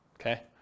okay